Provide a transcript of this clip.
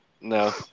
No